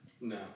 No